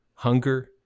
hunger